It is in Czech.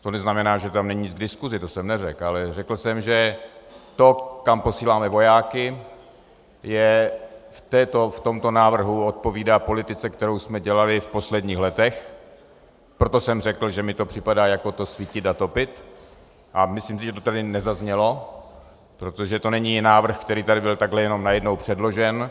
To neznamená, že tam není nic k diskusi, to jsem neřekl, ale řekl jsem, že to, kam posíláme vojáky, v tomto návrhu odpovídá politice, kterou jsme dělali v posledních letech, proto jsem řekl, že mi to připadá jako to svítit a topit, a myslím si, že to tady nezaznělo, protože to není návrh, který tady byl takhle jenom najednou předložen.